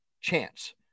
chance